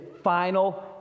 final